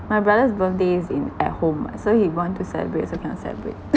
my brothers' birthday is in at home [what] so he want to celebrate also cannot celebarate